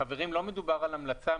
חברים, לא מדובר על המלצה.